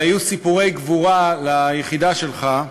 היו סיפורי גבורה על היחידה שלך,